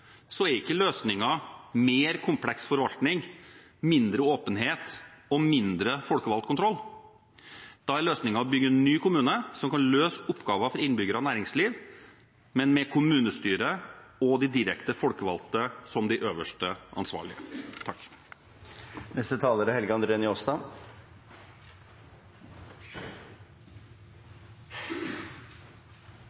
er ikke løsningen mer kompleks forvaltning, mindre åpenhet og mindre folkevalgt kontroll. Da er løsningen å bygge en ny kommune som kan løse oppgavene for innbyggere og næringsliv, men med kommunestyret og de direkte folkevalgte som de øverste ansvarlige.